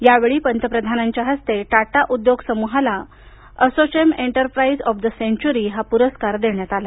यावेळी पंतप्रधानांच्या हस्ते टाटा उद्योग समूहाला Assocham enterprise of the century हा पुरस्कार देण्यात आला